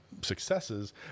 successes